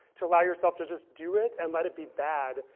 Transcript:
to allow yourself to just do it, and let it be bad,